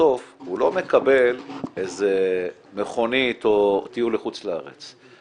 בסוף הוא לא מקבל איזה מכונית או טיול לחוץ לארץ,